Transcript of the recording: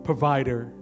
Provider